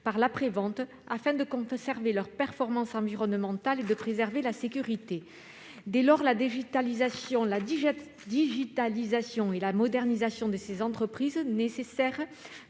d'après-vente, afin de conserver leur performance environnementale et de préserver la sécurité. Dès lors, la digitalisation et la modernisation des entreprises, nécessaires